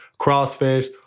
CrossFit